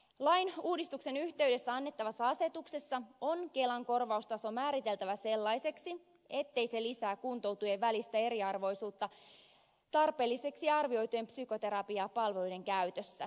lain uudistuksen yhteydessä annettavassa asetuksessa on kelan korvaustaso määriteltävä sellaiseksi ettei se lisää kuntoutujien välistä eriarvoisuutta tarpeelliseksi arvioitujen psykoterapiapalveluiden käytössä